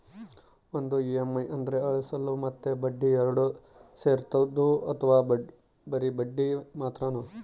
ಒಂದು ಇ.ಎಮ್.ಐ ಅಂದ್ರೆ ಅಸಲು ಮತ್ತೆ ಬಡ್ಡಿ ಎರಡು ಸೇರಿರ್ತದೋ ಅಥವಾ ಬರಿ ಬಡ್ಡಿ ಮಾತ್ರನೋ?